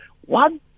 One